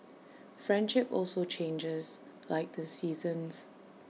friendship also changes like the seasons